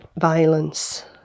violence